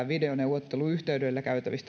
videoneuvotteluyhteydellä käytävien